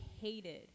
hated